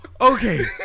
Okay